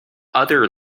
other